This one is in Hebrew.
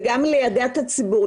וגם ליידע את הציבור,